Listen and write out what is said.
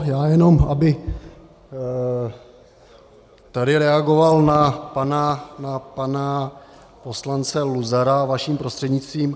Já jenom abych tady reagoval na pana poslance Luzara vaším prostřednictvím.